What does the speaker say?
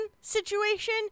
situation